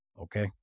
Okay